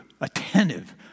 attentive